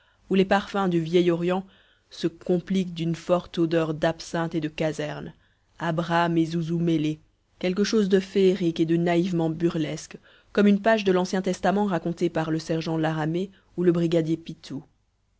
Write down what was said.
où les parfums du vieil orient se compliquent d'une forte odeur d'absinthe et de caserne abraham et zouzou mêlés quelque chose de féerique et de naïvement burlesque comme une page de l'ancien testament racontée par le sergent la ramée ou le brigadier pitou